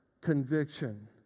conviction